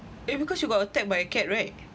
eh because you got attacked by a cat right